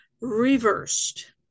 reversed